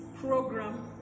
Program